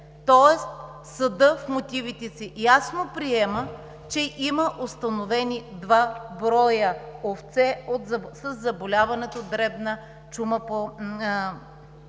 Тоест съдът в мотивите си ясно приема, че има установени два броя овце със заболяването чума по